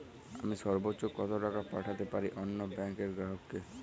আমি সর্বোচ্চ কতো টাকা পাঠাতে পারি অন্য ব্যাংক র গ্রাহক কে?